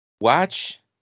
watch